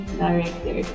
director